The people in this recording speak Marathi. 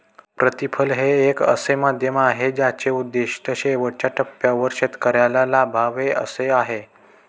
प्रतिफळ हे एक असे माध्यम आहे ज्याचे उद्दिष्ट शेवटच्या टप्प्यावर शेतकऱ्याला लाभावे असे आहे